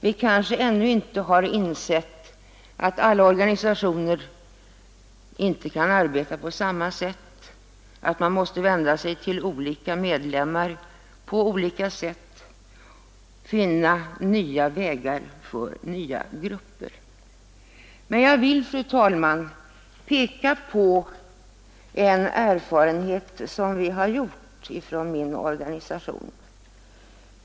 Kanske har vi ännu inte insett att alla organisationer inte kan arbeta på samma sätt, att man måste vända sig till olika medlemmar på skilda sätt och finna nya vägar för nya grupper. Jag ville här peka på en erfarenhet som vi har gjort i min organisation.